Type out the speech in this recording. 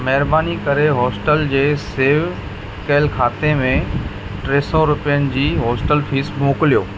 महिरबानी करे होस्टल जे सेव कयलु खाते में टे सौ रुपयनि जी होस्टल फीस मोकिलियो